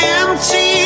empty